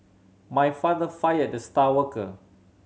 my father fired the star worker